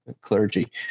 clergy